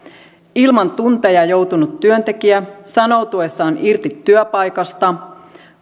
ilman tunteja joutunut työntekijä sanoutuessaan irti työpaikasta